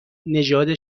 نژاد